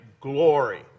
Glory